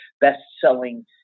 best-selling